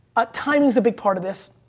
ah timing's a big part of this.